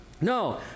No